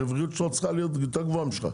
הרווחיות שלו צריכה להיות יותר גבוהה משלך.